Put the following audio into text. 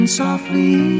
softly